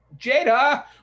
Jada